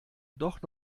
doch